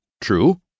True